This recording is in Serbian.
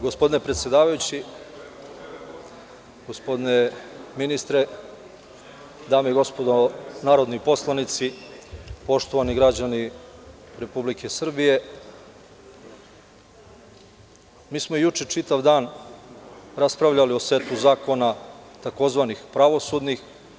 Gospodine predsedavajući, gospodine ministre, dame i gospodo narodni poslanici, poštovani građani Republike Srbije, mi smo juče čitav dan raspravljali o setu zakona takozvanih pravosudnih.